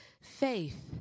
faith